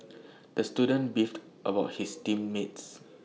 the student beefed about his team mates